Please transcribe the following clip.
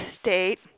State